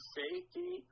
safety